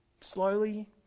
Slowly